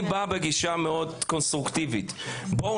אני בא בגישה מאוד קונסטרוקטיבית: בואו